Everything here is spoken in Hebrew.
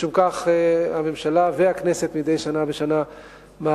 ומשום כך הממשלה והכנסת מדי שנה בשנה מאריכות